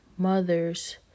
mothers